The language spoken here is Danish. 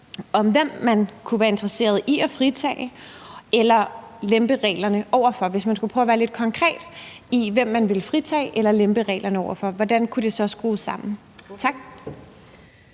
om, hvem man kunne være interesseret i at fritage eller lempe reglerne over for. Hvis man skulle prøve at